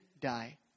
die